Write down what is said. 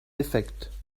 defekt